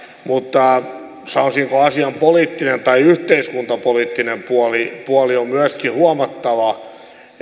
mutta sanoisinko asian poliittinen tai yhteiskuntapoliittinen puoli puoli on myöskin huomattava